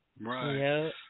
Right